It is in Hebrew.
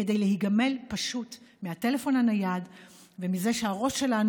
ניגמל פשוט מהטלפון הנייד כשהראש שלנו